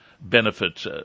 benefits